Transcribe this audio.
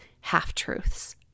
half-truths